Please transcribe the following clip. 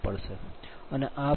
64 p